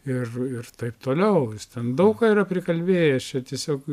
ir ir taip toliau ten daug ką yra prikalbėjęs čia tiesiog